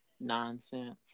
nonsense